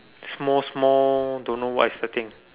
small small don't know what is the thing